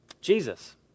Jesus